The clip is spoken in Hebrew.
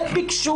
הם יעשו